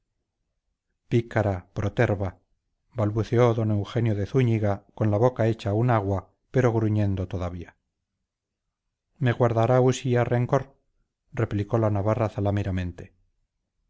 pícara proterva balbuceó don eugenio de zúñiga con la boca hecha un agua pero gruñendo todavía me guardará usía rencor replicó la navarra